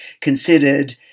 considered